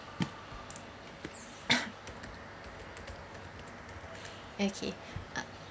okay